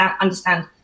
understand